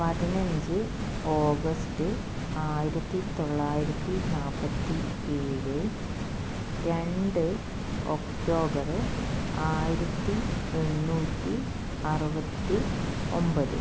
പതിനഞ്ച് ഓഗസ്റ്റ് ആയിരത്തി തൊള്ളായിരത്തി നാൽപത്തി ഏഴ് രണ്ട് ഒക്ടോബർ ആയിരത്തി എണ്ണൂറ്റി അറുപത്തി ഒൻപത്